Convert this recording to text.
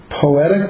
poetic